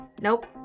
Nope